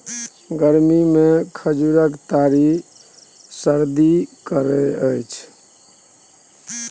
गरमीमे खजुरक तासीर सरद होए छै